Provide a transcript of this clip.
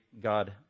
God